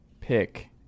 pick